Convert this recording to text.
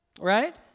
Right